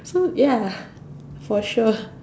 so ya for sure